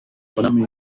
konami